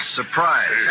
surprise